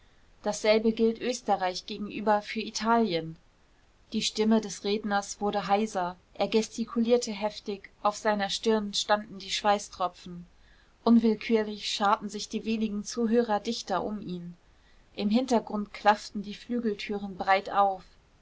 dasselbe gilt österreich gegenüber für italien die stimme des redners wurde heiser er gestikulierte heftig auf seiner stirn standen die schweißtropfen unwillkürlich scharten sich die wenigen zuhörer dichter um ihn im hintergrund klafften die flügeltüren breit auf